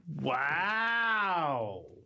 Wow